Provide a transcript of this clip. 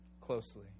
closely